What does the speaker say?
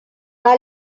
our